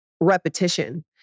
repetition